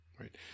right